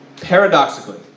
Paradoxically